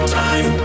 time